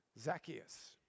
Zacchaeus